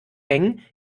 hängen